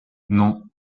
non